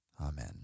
Amen